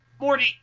Morty